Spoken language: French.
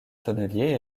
tonnelier